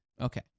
Okay